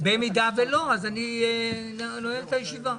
במידה ולא, אז אני נועל את הישיבה.